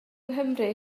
nghymru